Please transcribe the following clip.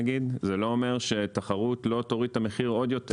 זה לא אומר שתחרות לא תוריד את המחיר עוד יותר.